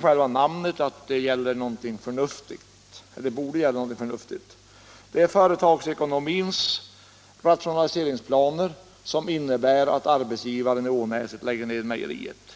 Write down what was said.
Själva ordet säger att det bör gälla något förnuftigt. Det är företagsekonomiskt betingade rationaliseringsplaner som gör att arbetsgivaren i Ånäset lägger ned mejeriet.